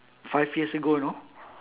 five years ago you know